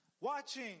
Watching